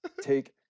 take